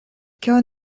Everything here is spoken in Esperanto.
kion